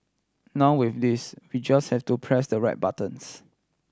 now with this we just has to press the right buttons